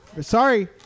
sorry